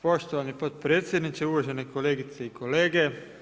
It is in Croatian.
Poštovani potpredsjedniče, uvaženi kolegice i kolege.